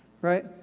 right